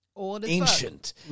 ancient